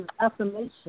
Affirmation